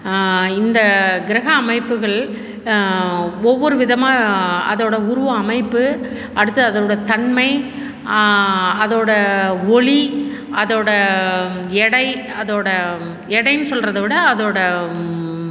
இந்த கிரக அமைப்புகள் ஒவ்வொரு விதமாக அதோடய உருவம் அமைப்பு அடுத்து அதோடய தன்மை அதோடய ஒளி அதோடய எடை அதோடய எடைன்னு சொல்கிறத விட அதோடய